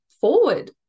forward